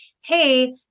Hey